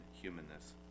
humanness